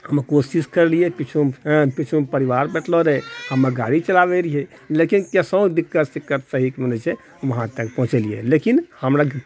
हम कोशिश करलिऐ पीछूँमे पीछूँमे परिवार बैठलू रहए हमे गाड़ी चलाबए रहिऐ लेकिन कैसो दिक्कत सिक्कत सही के जे छै वहाँ तक पहुचलिऐ लेकिन हमरा गाड़ी